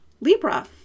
Libra